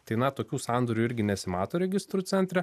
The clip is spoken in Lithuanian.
tai na tokių sandorių irgi nesimato registrų centre